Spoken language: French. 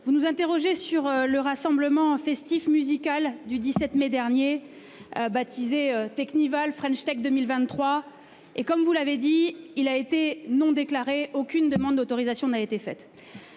vous nous interrogez sur le rassemblement festif musical du 17 mai dernier. Baptisée Teknival French Tech 2023 et comme vous l'avez dit, il a été non déclarés aucune demande d'autorisation n'a été fait.